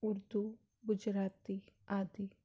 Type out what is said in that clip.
ਉਰਦੂ ਗੁਜਰਾਤੀ ਆਦਿ